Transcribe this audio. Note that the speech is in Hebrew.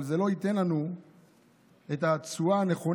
אבל זה לא ייתן את התשואה הנכונה,